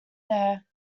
there